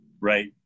right